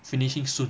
finishing soon